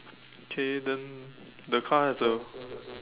okay then the car has a